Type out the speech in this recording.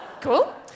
Cool